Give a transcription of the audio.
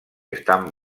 estan